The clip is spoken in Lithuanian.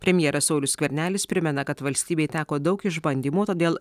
premjeras saulius skvernelis primena kad valstybei teko daug išbandymų todėl